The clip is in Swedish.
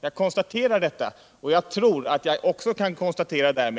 Jag konstaterar detta, och jag tror att jag också kan konstatera